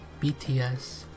bts